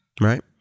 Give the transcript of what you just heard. right